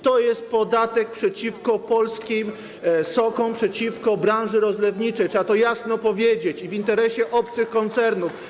To jest podatek przeciwko polskim sokom, przeciwko branży rozlewniczej, trzeba to jasno powiedzieć, i w interesie obcych koncernów.